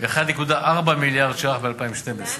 1.4 מיליארד ש"ח ב-2012.